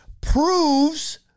proves